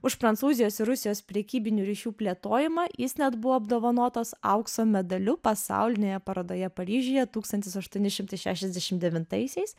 už prancūzijos ir rusijos prekybinių ryšių plėtojimą jis net buvo apdovanotas aukso medaliu pasaulinėje parodoje paryžiuje tūkstantis aštuoni šimtai šešiasdešimt devintaisiais